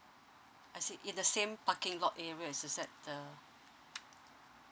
I see in the same parking lot area is that the